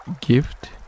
Gift